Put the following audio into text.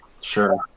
sure